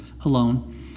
alone